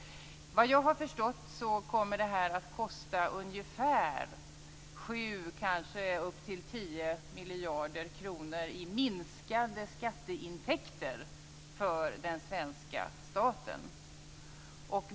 Jag har förstått att detta kommer att kosta ungefär 7-10 miljarder kronor i minskade skatteintäkter för den svenska staten.